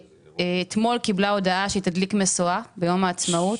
שאתמול קיבלה הודעה שהיא תדליק משואה ביום העצמאות